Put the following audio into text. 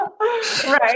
Right